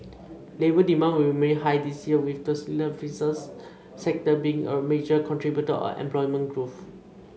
labour demand will remain high this year with the services sector being a major contributor of employment growth